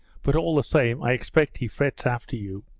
but all the same i expect he frets after you.